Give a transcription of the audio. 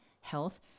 health